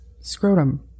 scrotum